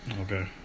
Okay